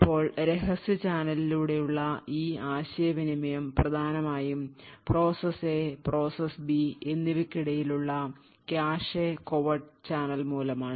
ഇപ്പോൾ രഹസ്യ ചാനലിലൂടെയുള്ള ഈ ആശയവിനിമയം പ്രധാനമായും പ്രോസസ് A പ്രോസസ് B എന്നിവയ്ക്കിടയിലുള്ള Cache covert channel മൂലമാണ്